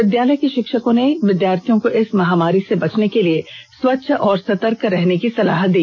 विद्यालय के षिक्षकों ने विद्यार्थियों को इस महामारी से बचने के लिए स्वच्छ और सर्तक रहने की सलाह दी